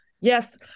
Yes